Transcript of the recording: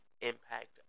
impact